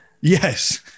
Yes